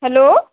hello